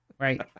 Right